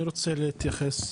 אני רוצה להתייחס.